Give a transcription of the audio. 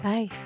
Bye